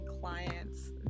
clients